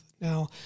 Now